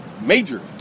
major